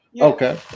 Okay